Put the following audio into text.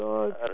God